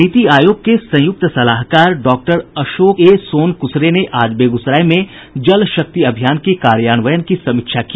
नीति आयोग के संयुक्त सलाहकार doctor Ashok A Sonkusare ने आज बेगूसराय में जल शक्ति अभियान के कार्यान्वयन की समीक्षा की